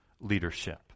leadership